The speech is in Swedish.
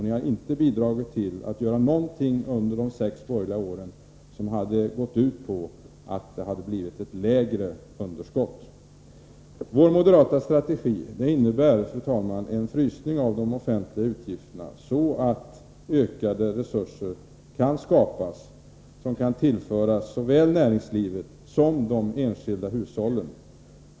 Ni har inte bidragit till att göra någonting under de sex : borgerliga åren som har gått ut på att skapa ett lägre underskott. Fru talman! Vår moderata strategi innebär en frysning av de offentliga utgifterna, så att ökade resurser skapas som kan tillfalla såväl näringslivet som de enskilda hushållen.